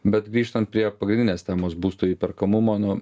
bet grįžtant prie pagrindinės temos būsto įperkamumo nu